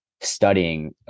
studying